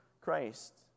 Christ